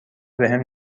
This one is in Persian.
بهم